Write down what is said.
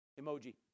Emoji